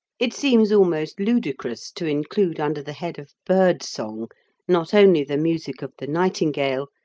it seems almost ludicrous to include under the head of birdsong not only the music of the nightingale,